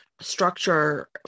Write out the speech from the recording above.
structure